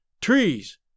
Trees